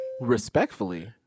Respectfully